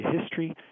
history